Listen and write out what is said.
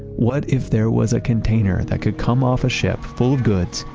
what if there was a container that could come off a ship, full of goods,